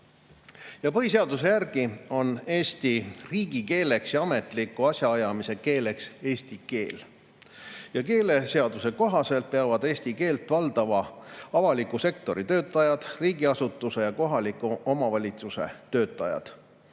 Põhiseaduse järgi on Eesti riigikeeleks ja ametlikuks asjaajamise keeleks eesti keel. Keeleseaduse kohaselt peavad eesti keelt valdama avaliku sektori töötajad, riigiasutuse ja kohaliku omavalitsuse [asutuse]